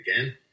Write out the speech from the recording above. again